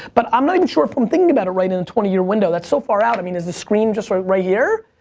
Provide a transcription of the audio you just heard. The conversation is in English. but i'm not even sure if i'm thinking about it right in a twenty year window. that's so far out. i mean, is the screen just right right here?